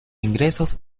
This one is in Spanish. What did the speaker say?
ingresos